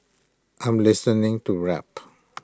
I'm listening to rap